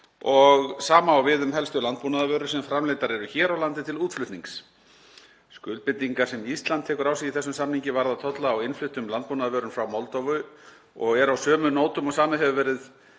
og sama á við um helstu landbúnaðarvörur sem framleiddar eru hér á landi til útflutnings. Skuldbindingar sem Ísland tekur á sig í þessum samningi varða tolla á innfluttum landbúnaðarvörum frá Moldóvu og eru á sömu nótum og samið hefur verið